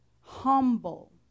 humble